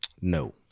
no